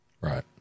Right